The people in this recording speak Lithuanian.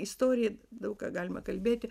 istorija daug ką galima kalbėti